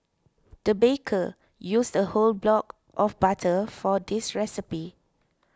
the baker used a whole block of butter for this recipe